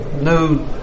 No